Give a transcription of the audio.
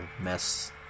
mess